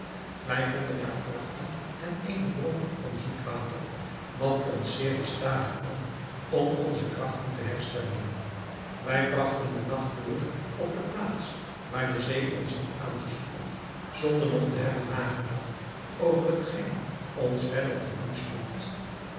wij vonden daar vruchten en eene bron van zoet water wat ons zeer te stade kwam om onze krachten te herstellen wij bragten den nacht door op de plaats waar de zee ons had aangespoeld zonder nog te hebben nagedacht over hetgeen ons verder te doen stond